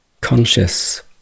conscious